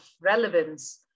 relevance